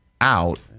out